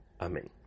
Amen